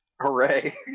Hooray